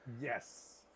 Yes